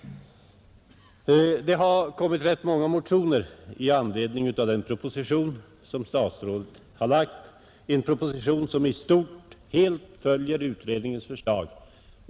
Det har kommit rätt många motioner i anledning av den proposition som statsrådet har lagt fram, en proposition som nästan helt följer utredningens förslag.